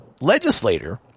legislator